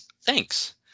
thanks